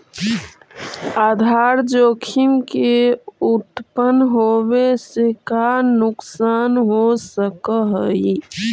आधार जोखिम के उत्तपन होवे से का नुकसान हो सकऽ हई?